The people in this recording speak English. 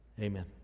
amen